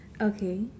Okay